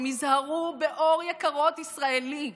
הן יזהרו באור יקרות ישראלי.